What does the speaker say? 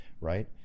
right